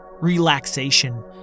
relaxation